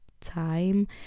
time